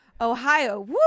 Ohio